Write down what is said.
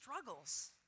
struggles